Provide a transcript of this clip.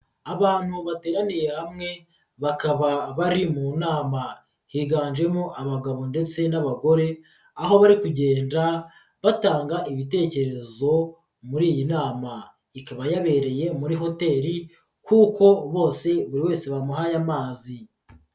Abantu bateraniye hamwe, bakaba bari mu nama, higanjemo abagabo ndetse n'abagore, aho bari kugenda batanga ibitekerezo muri iyi nama, ikaba yabereye muri hoteli kuko bose buri wese bamuhaye amazi.